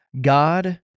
god